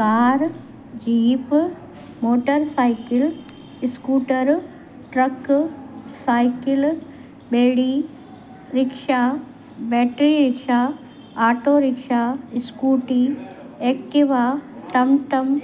car jeep motorcycle scooter truck cycle ॿेड़ी rickshaw battery rickshaw auto rickshaw Scooty Activa टमटम